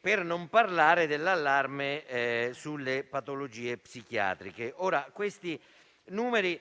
per non parlare dell'allarme sulle patologie psichiatriche. Rispetto a questi numeri